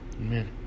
Amen